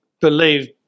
believed